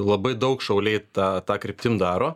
labai daug šauliai tą ta kryptim daro